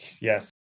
yes